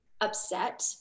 upset